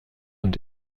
und